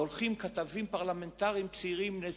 הולכים כתבים פרלמנטריים צעירים, בני 25,